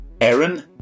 Aaron